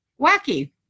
Wacky